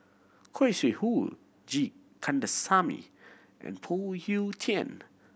Khoo Sui Hoe G Kandasamy and Phoon Yew Tien